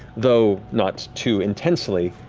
though not too intensely,